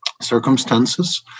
circumstances